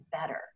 better